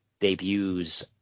debuts